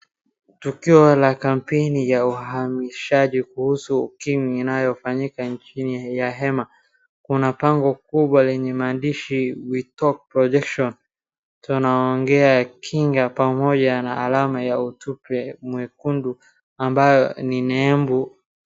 Tukio la kampeni ya uhamasishaji wa Ukimwi inayofanyika chini ya hema. Kuna pango kubwa lenye maandishi We Talk Protection,' tunaongea kinga' pamoja na alama ya Utukre mwekundu ambayo ni nembo..